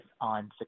on